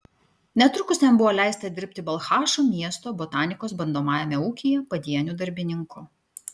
netrukus jam buvo leista dirbti balchašo miesto botanikos bandomajame ūkyje padieniu darbininku